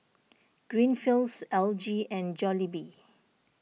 Greenfields L G and Jollibee